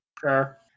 Sure